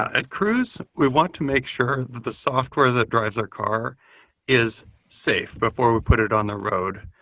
at cruise, we want to make sure that the software that drives our car is safe before we put it on the road.